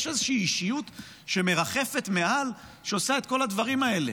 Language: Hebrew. יש איזושהי אישיות שמרחפת מעל שעושה את כל הדברים האלה,